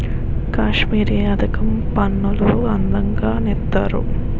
కాశ్మీరీ అద్దకం పనులు అందంగా నేస్తారు